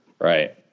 Right